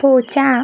പൂച്ച